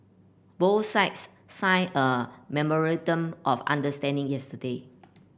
both sides signed a memorandum of understanding yesterday